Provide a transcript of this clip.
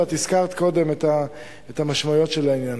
ואת הזכרת קודם את המשמעויות של העניין.